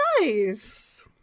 nice